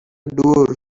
door